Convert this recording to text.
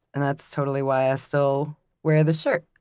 and that's totally why i still wear this shirt.